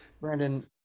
Brandon